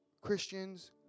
Christians